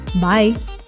Bye